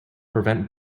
prevent